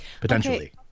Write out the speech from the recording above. potentially